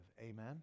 Amen